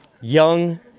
young